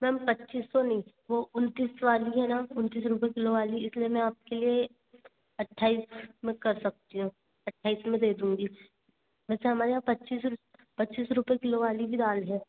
ma'am पच्चीस सौ नहीं वो उनतीस वाली है ना उनतीस रुपए किलो वाली इसलिए मैं आपके लिए अट्ठाईस में कर सकती हूँ अट्ठाईस में दे दूँगी वैसे हमारे यहाँ पच्चीस पच्चीस रुपए किलो वाली भी दाल है